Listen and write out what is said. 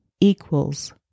Equals